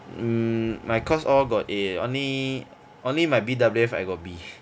mm my course all got A only only my B_W_F I got B